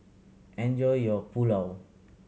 enjoy your Pulao